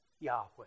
Yahweh